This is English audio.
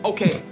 Okay